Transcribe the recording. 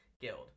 Guild